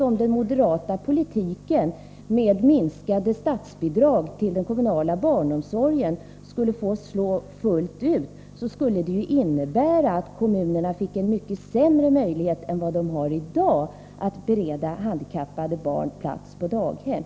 Om den moderata politiken, med minskade statsbidrag till den kommunala barnomsorgen, skulle få slå fullt ut, är det klart att det innebär att kommunerna fick en mycket sämre möjlighet än de har i dag att bereda handikappade barn plats på daghem.